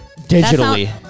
Digitally